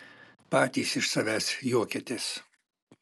patys iš savęs juokiatės